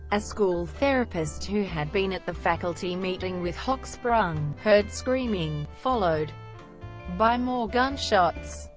a school therapist who had been at the faculty meeting with hochsprung, heard screaming, followed by more gunshots.